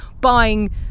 buying